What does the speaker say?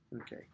Okay